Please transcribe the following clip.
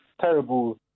terrible